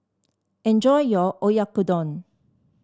enjoy your Oyakodon